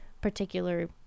particular